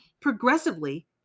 progressively